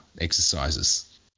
exercises